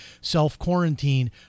self-quarantine